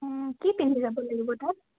কি পিন্ধি যাব লাগিব তাত